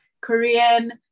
Korean